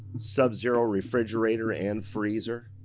sub-zero refrigerator and freezer.